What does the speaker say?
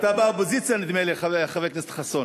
חבר הכנסת חסון,